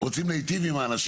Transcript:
אנחנו רוצים להיטיב עם האנשים.